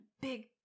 big